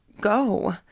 go